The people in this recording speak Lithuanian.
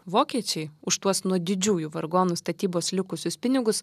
vokiečiai už tuos nuo didžiųjų vargonų statybos likusius pinigus